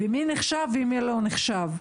ומי נחשב ומי לא נחשב.